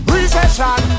Recession